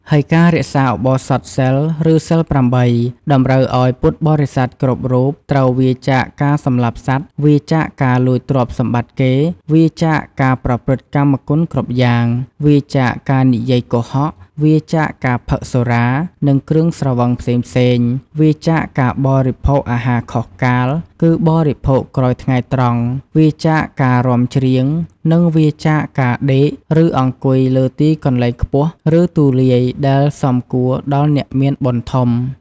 ហើយការរក្សាឧបោសថសីល ឬសីល ៨ តម្រូវឲ្យពុទ្ធបរិស័ទគ្រប់រូបត្រូវ វៀរចាកការសម្លាប់សត្វ វៀរចាកការលួចទ្រព្យសម្បត្តិគេ វៀរចាកការប្រព្រឹត្តកាមគុណគ្រប់យ៉ាង វៀរចាកការនិយាយកុហក វៀរចាកការផឹកសុរា និងគ្រឿងស្រវឹងផ្សេងៗ វៀរចាកការបរិភោគអាហារខុសកាល គឺបរិភោគក្រោយថ្ងៃត្រង់ វៀរចាកការរាំច្រៀង និងវៀរចាកការដេក ឬអង្គុយលើទីកន្លែងខ្ពស់ ឬទូលាយដែលសមគួរដល់អ្នកមានបុណ្យធំ។